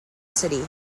city